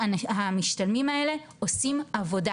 המשתלמים הלא העושים עבודה,